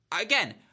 again